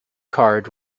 card